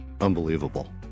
Unbelievable